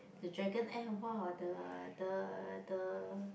the Dragon Air !wah! the the the